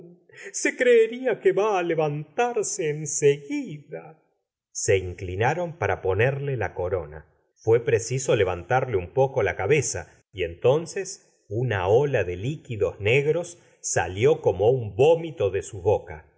se creerla que va á levantarse en seguida se inclinaron para ponerle la corona fué preciso levantarle un poco la cabeza y entonces una ola de líquidos negros salió como un vómito de su boca